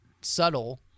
subtle